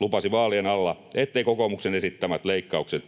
lupasi vaalien alla, etteivät kokoomuksen esittämät leikkaukset